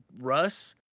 Russ